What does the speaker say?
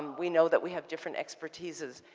we know that we have different expertises,